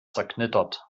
zerknittert